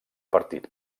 partit